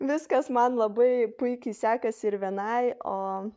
viskas man labai puikiai sekasi ir vienai o